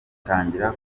gutangira